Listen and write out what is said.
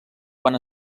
quan